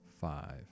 five